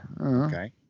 Okay